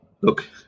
Look